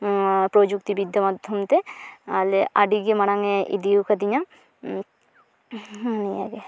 ᱯᱨᱚᱡᱩᱠᱛᱤ ᱵᱤᱫᱽᱫᱟ ᱢᱟᱫᱽᱫᱷᱚᱢᱛᱮ ᱟᱞᱮ ᱟᱹᱰᱤᱜᱮ ᱢᱟᱲᱟᱝᱛᱮ ᱤᱫᱤᱣ ᱠᱟᱹᱫᱤᱧᱟ ᱱᱤᱭᱟᱹᱜᱮ